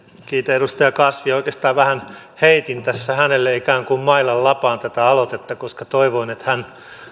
kiitän edustaja kasvia oikeastaan vähän heitin tässä hänelle ikään kuin mailan lapaan tätä aloitetta koska toivoin että hän